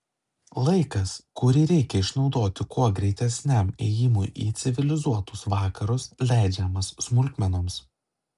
laikas kurį reikia išnaudoti kuo greitesniam ėjimui į civilizuotus vakarus leidžiamas smulkmenoms